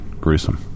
gruesome